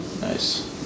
Nice